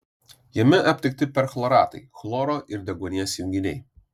jame aptikti perchloratai chloro ir deguonies junginiai